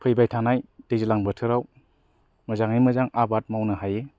फैबाय थानाय दैज्लां बोथोराव मोजां आबाद मावनो हायो